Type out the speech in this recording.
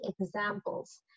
examples